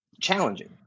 challenging